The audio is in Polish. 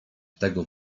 tego